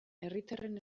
herritarren